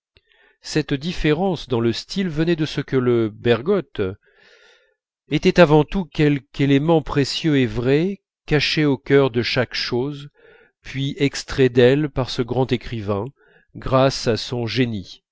cette différence dans le style venait de ce que le bergotte était avant tout quelque élément précieux et vrai caché au cœur de quelque chose puis extrait d'elle par ce grand écrivain grâce à son génie